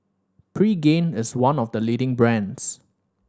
pregain is one of the leading brands